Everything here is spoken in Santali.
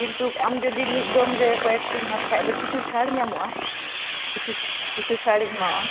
ᱠᱤᱱᱛᱩ ᱟᱢ ᱡᱩᱫᱤ ᱢᱤᱫ ᱫᱚᱢ ᱨᱮ ᱠᱚᱭᱮᱠᱴᱤᱢ ᱦᱟᱛ ᱠᱷᱟᱱ ᱫᱚ ᱠᱤᱪᱷᱩ ᱪᱷᱟᱲ ᱧᱟᱢᱚᱜᱼᱟ ᱠᱤᱪᱷᱩ ᱠᱤᱪᱷᱩ ᱪᱷᱟᱲᱤᱧ ᱮᱢᱟᱣᱟᱜᱼᱟ